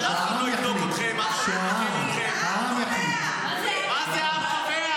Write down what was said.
שאף אחד לא יבדוק אתכם --- לא, שהעם יחליט.